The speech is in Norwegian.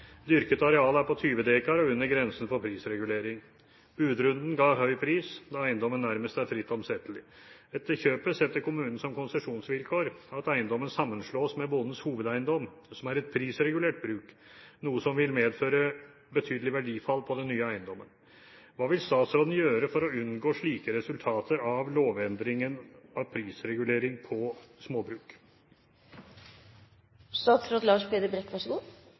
Dyrket areal er på 20 dekar og under grensen for prisregulering. Budrunden ga høy pris, da eiendommen nærmest er fritt omsettelig. Etter kjøpet setter kommunen som konsesjonsvilkår at eiendommen sammenslås med bondens hovedeiendom, som er et prisregulert bruk, noe som vil medføre verdifall på den nye eiendommen. Hva vil statsråden gjøre for å unngå slike resultater av lovendringen av prisregulering på